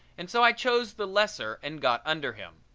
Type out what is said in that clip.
and so i chose the lesser and got under him.